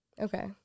Okay